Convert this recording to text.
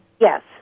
Yes